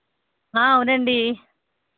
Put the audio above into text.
అవునండి